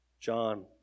John